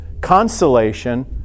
consolation